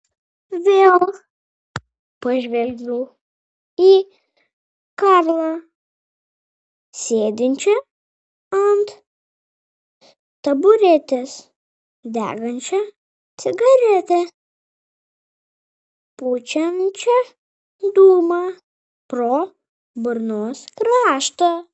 vėl pažvelgiau į karlą sėdinčią ant taburetės degančią cigaretę pučiančią dūmą pro burnos kraštą